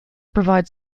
provide